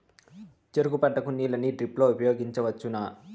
చెరుకు పంట కు నీళ్ళని డ్రిప్ లో ఉపయోగించువచ్చునా?